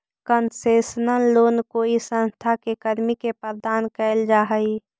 concessional loan कोई संस्था के कर्मी के प्रदान कैल जा हइ